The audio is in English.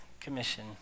commission